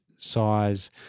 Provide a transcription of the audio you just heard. Size